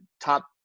top